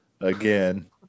again